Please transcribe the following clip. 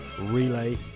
relay